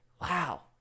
Wow